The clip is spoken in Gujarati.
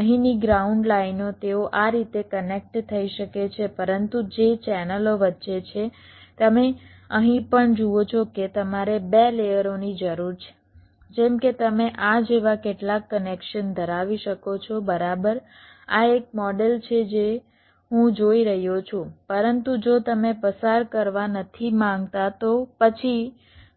અહીંની ગ્રાઉન્ડ લાઇનો તેઓ આ રીતે કનેક્ટ થઈ શકે છે પરંતુ જે ચેનલો વચ્ચે છે તમે અહીં પણ જુઓ છો કે તમારે બે લેયરોની જરૂર છે જેમ કે તમે આ જેવા કેટલાક કનેક્શન ધરાવી શકો છો બરાબર આ એક મોડેલ છે જે હું જોઈ રહ્યો છું પરંતુ જો તમે પસાર કરવા નથી માંગતા તો પછી